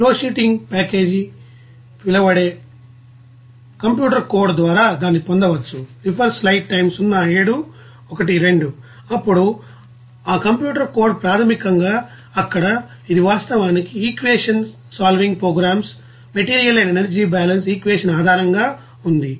flowsheeting ప్యాకేజీగా పిలవబడే computer code ద్వారా దాన్ని పొందవచ్చు ఇప్పుడు ఈ కంప్యూటర్ కోడ్ ప్రాథమికంగా అక్కడ ఇది వాస్తవానికి equation solving programs material and energy balance equation ఆధారంగా ఉంది